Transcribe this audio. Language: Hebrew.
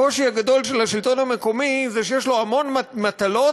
הקושי הגדול של השלטון המקומי זה שיש לו המון מטלות,